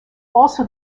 also